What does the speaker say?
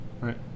Right